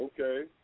Okay